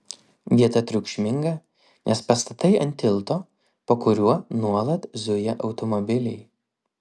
vieta triukšminga nes pastatai ant tilto po kuriuo nuolat zuja automobiliai